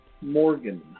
Morgan